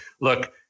look